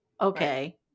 okay